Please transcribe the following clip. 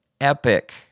epic